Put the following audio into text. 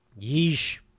Yeesh